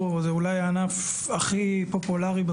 זה לא נורמלי הדבר הזה.